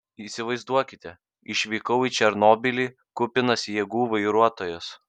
įsivaizduokite išvykau į černobylį kupinas jėgų vairuotojas